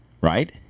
right